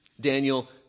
Daniel